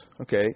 okay